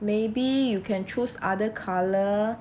maybe you can choose other colour